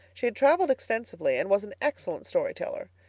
she had traveled extensively and was an excellent storyteller.